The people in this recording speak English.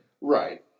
Right